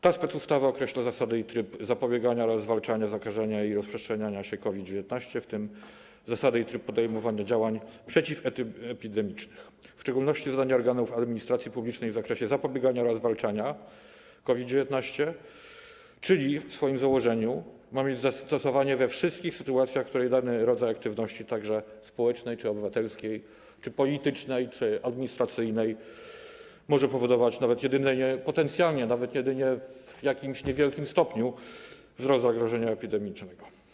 Ta specustawa określa zasady i tryb zapobiegania oraz zwalczania zakażenia i rozprzestrzeniania się COVID-19, w tym zasady i tryb podejmowania działań przeciwepidemicznych, w szczególności zadania organów administracji publicznej w zakresie zapobiegania oraz zwalczania COVID-19, czyli w swoim założeniu ma mieć zastosowanie we wszystkich sytuacjach, w których dany rodzaj aktywności, także społecznej, obywatelskiej, politycznej czy administracyjnej, może powodować, nawet jedynie potencjalnie, nawet jedynie w jakimś niewielkim stopniu, wzrost zagrożenia epidemicznego.